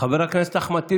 חבר הכנסת אחמד טיבי,